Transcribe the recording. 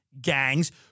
gangs